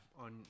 on